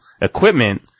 equipment